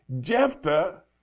Jephthah